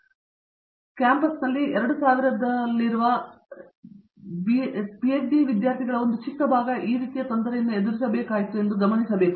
ಆದರೆ ನಾವು ಈ ಕ್ಯಾಂಪಸ್ನಲ್ಲಿರುವ 2000 ದಲ್ಲಿರುವ ಬಿಡಿ ಪಿಎಚ್ಡಿ ವಿದ್ಯಾರ್ಥಿಗಳ ಒಂದು ಚಿಕ್ಕ ಭಾಗವು ಈ ರೀತಿಯ ಏನಾದರೂ ಎದುರಿಸಬೇಕಾಗಿದೆ ಎಂದು ನಾನು ಗಮನಿಸಬೇಕು